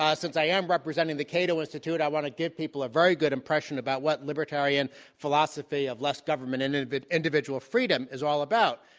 ah since i am representing the cato institute, i want to give people a very good impression about what libertarian philosophy of left government and individual freedom is all about.